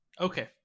Okay